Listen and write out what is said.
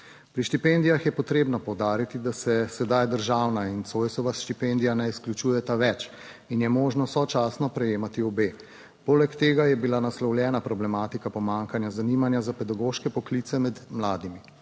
Pri štipendijah je potrebno poudariti, da se sedaj državna in Zoisova štipendija ne izključujeta več in je možno sočasno prejemati obe. Poleg tega je bila naslovljena Problematika pomanjkanja zanimanja za pedagoške poklice med mladimi.